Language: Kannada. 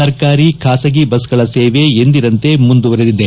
ಸರ್ಕಾರಿ ಖಾಸಗಿ ಬಸ್ಗಳ ಸೇವೆ ಎಂದಿನಂತೆ ಮುಂದುವರಿದಿದೆ